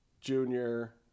Junior